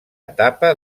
etapa